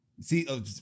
see